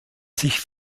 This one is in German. sich